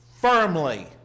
firmly